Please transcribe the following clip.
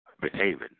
behaving